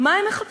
"מה הם מחפשים?"